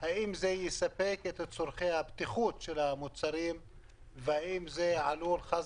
האם זה יספק את צרכי הבטיחות של המוצרים והאם זה עלול חס